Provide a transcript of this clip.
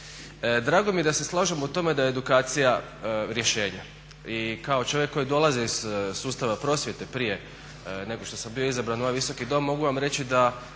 Drago mi je da se slažemo u tome da je edukacija rješenje i kao čovjek koji dolazi iz sustava prosvjete prije nego što sam bio izabran u ovaj Visoki dom mogu vam reći da